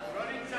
הוא לא נמצא.